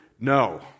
No